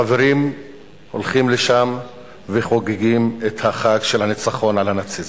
החברים הולכים לשם וחוגגים את החג של הניצחון על הנאציזם.